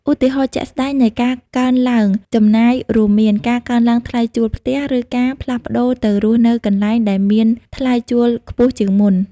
ឧទាហរណ៍ជាក់ស្ដែងនៃការកើនឡើងចំណាយរួមមាន ការកើនឡើងថ្លៃជួលផ្ទះ ឬការផ្លាស់ប្ដូរទៅរស់នៅកន្លែងដែលមានថ្លៃជួលខ្ពស់ជាងមុន។